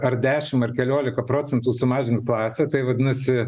ar dešimt ar keliolika procentų sumažint klasę tai vadinasi